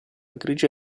grigia